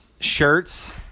shirts